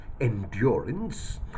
endurance